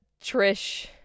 Trish